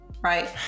Right